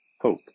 hope